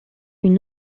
une